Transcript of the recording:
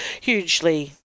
hugely